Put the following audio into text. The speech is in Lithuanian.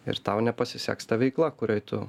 ir tau nepasiseks ta veikla kurioj tu